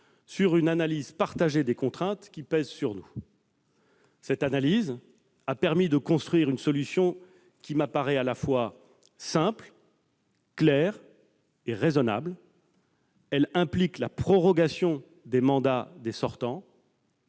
sur une analyse partagée des contraintes qui pèsent sur nous. Cette analyse a permis de construire une solution qui m'apparaît à la fois simple, claire et raisonnable. Elle implique la prorogation des mandats des sortants,